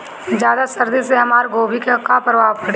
ज्यादा सर्दी से हमार गोभी पे का प्रभाव पड़ी?